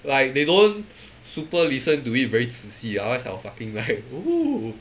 like they don't super listen to it very 仔细 or else I'll fucking like ooh